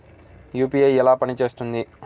UPI ఎలా పనిచేస్తుంది?